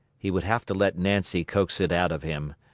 he would have to let nancy coax it out of him.